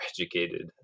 educated